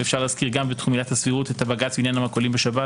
ואפשר להזכיר גם בתחום עילת הסבירות את הבג"ץ בעניין המרכולים בשבת,